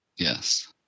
Yes